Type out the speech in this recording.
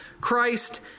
Christ